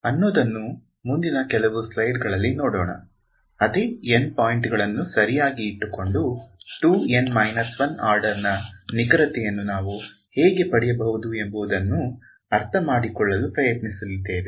ಅನ್ನೋದನ್ನು ಮುಂದಿನ ಕೆಲವು ಸ್ಲೈಡ್ಗಳಲ್ಲಿ ನೋಡೋಣ ಅದೇ N ಪಾಯಿಂಟ್ಗಳನ್ನು ಸರಿಯಾಗಿ ಇಟ್ಟುಕೊಂಡು 2 N 1 ಆರ್ಡರ್ ನ ನಿಖರತೆಯನ್ನು ನಾವು ಹೇಗೆ ಪಡೆಯಬಹುದು ಎಂಬುದನ್ನು ಅರ್ಥಮಾಡಿಕೊಳ್ಳಲು ಪ್ರಯತ್ನಿಸಲಿದ್ದೇವೆ